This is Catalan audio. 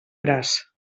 braç